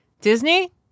Disney